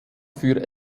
für